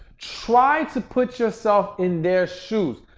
try to put yourself in their shoes.